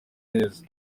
neza